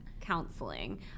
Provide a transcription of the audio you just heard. counseling